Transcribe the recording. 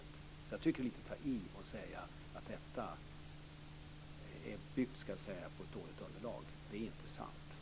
Därför tycker jag att det är lite att ta i att säga att detta bygger på ett dåligt underlag. Det är inte sant. Tack!